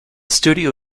studio